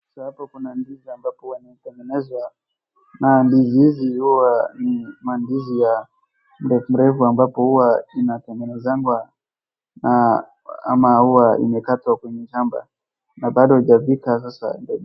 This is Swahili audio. Sasa hapo kuna ndizi ambapo huwa imetengenezwa na ndizi hizi huwa ni maandizi ya mrefu mrefu ambapo huwa inatengenezwa na ama huwa imekatwa kwenye shamba na bado haijafika sasa ndio.